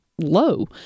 low